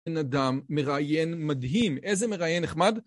בן אדם מראיין מדהים, איזה מראיין נחמד